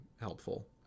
helpful